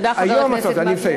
היום, תודה, חבר הכנסת מקלב.